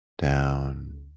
down